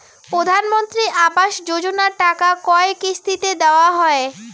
প্রধানমন্ত্রী আবাস যোজনার টাকা কয় কিস্তিতে দেওয়া হয়?